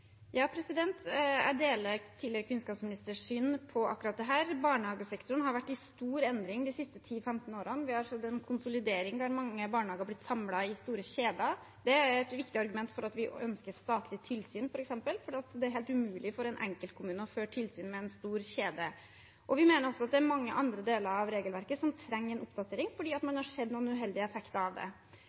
Jeg deler tidligere kunnskapsministers syn på akkurat dette. Barnehagesektoren har vært i stor endring de siste 10–15 årene. Vi har sett en konsolidering der mange barnehager har blitt samlet i store kjeder. Det er et viktig argument for at vi f.eks. ønsker statlig tilsyn, for det er helt umulig for en enkeltkommune å føre tilsyn med en stor kjede. Vi mener også at det er mange andre deler av regelverket som trenger en oppdatering, for man har sett noen uheldige effekter av det.